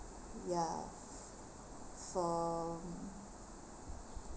ya for